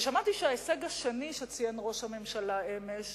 ושמעתי שההישג השני שציין ראש הממשלה אמש